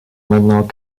maintenant